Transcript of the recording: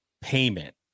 payment